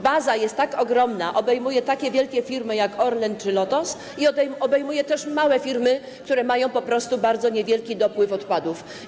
Baza jest ogromna, obejmuje takie wielkie firmy jak Orlen czy Lotos, i obejmuje też małe firmy, które mają po prostu bardzo niewielki dopływ odpadów.